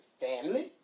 family